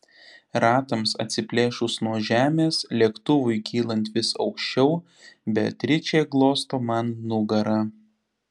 ratams atsiplėšus nuo žemės lėktuvui kylant vis aukščiau beatričė glosto man nugarą